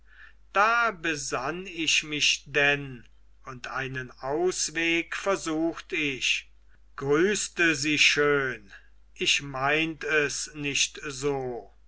da besann ich mich denn und einen ausweg versucht ich grüßte sie schön ich meint es nicht so und wußte so